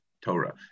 Torah